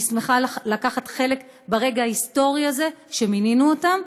אני שמחה שלקחתי חלק ברגע ההיסטורי הזה שמינינו אותן,